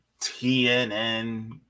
TNN